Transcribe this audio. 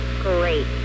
great